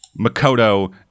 Makoto